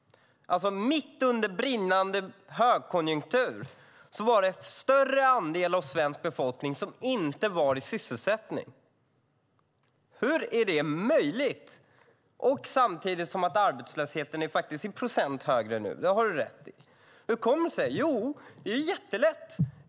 Mitt under brinnande högkonjunktur var det alltså en större andel av den svenska befolkningen som inte var i sysselsättning. Hur är det möjligt? Samtidigt är arbetslösheten högre i procent nu. Det har du rätt i. Hur kommer det sig? Jo, det är jättelätt!